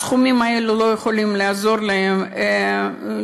הסכומים האלה לא יכולים לעזור להם להגיע